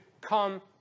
come